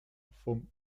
vom